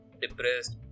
depressed